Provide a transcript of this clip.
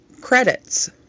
credits